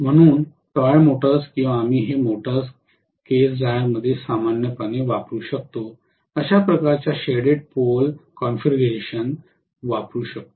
म्हणून toy motors किंवा आम्ही हे मोटर्स केस ड्रायरमध्ये सामान्यपणे वापरू शकतो अशा प्रकारच्या शेडेड पोल कॉन्फिगरेशन वापरू शकतो